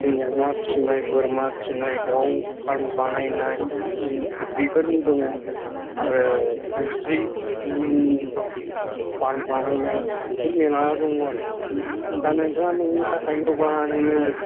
नों अमा फिसिनाय बोरमा फिसिनाय दाउ फार्म बानायनाय बेफोरनि दङ आरो खानस्रिनि फार्म बानायनाय बेफोर मेल्ला दङ आरोखि दा नोंथाङा नोंनि थाखायल'बा नोङो